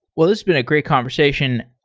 well, it's been a great conversation.